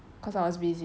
cause I was busy